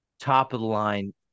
top-of-the-line